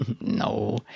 No